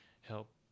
help